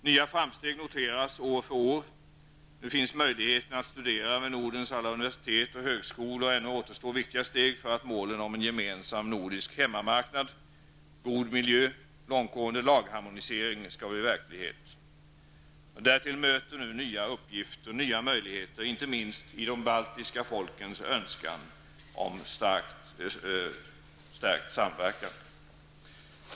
Nya framsteg noteras år för år. Nu finns möjligheter att studera vid Nordens alla universitet och högskolor. Ännu återstår viktiga steg för att målen om en gemensam nordisk hemmamarknad, god miljö och långtgående lagharmonisering skall bli verklighet. Därtill möter nya uppgifter och nya möjligheter, inte minst i de baltiska folkens önskan om stärkt samverkan.